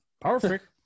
Perfect